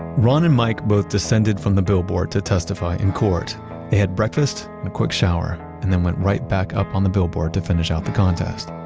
ron and mike both descended from the billboard to testify in court. they had breakfast and a quick shower, and then went right back up on the billboard to finish out the contest.